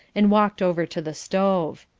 and walked over to the stove.